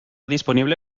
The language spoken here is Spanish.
disponible